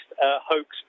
hoax